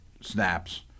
Snaps